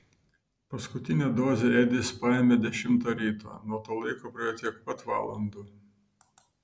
paskutinę dozę edis paėmė dešimtą ryto nuo to laiko praėjo tiek pat valandų